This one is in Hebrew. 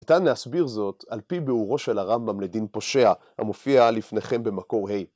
ניתן להסביר זאת, על פי ביאורו של הרמב״ם לדין פושע, המופיע לפניכם במקור ה.